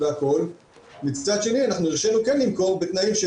מצד שני הרשינו כן למכור בתנאים,